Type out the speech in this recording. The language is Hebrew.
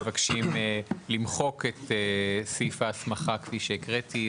מבקשים למחוק את סעיף ההסמכה כפי שהקראתי,